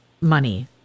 money